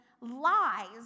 lies